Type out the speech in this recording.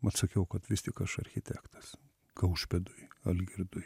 atsakiau kad vis tik aš architektas kaušpėdui algirdui